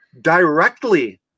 directly